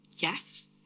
yes